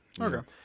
Okay